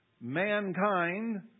mankind